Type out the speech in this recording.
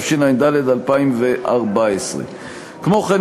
התשע"ד 2014. כמו כן,